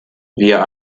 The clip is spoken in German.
wir